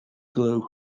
glue